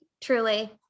truly